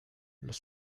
los